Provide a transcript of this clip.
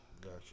Gotcha